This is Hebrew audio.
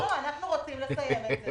אנחנו רוצים לסיים את זה,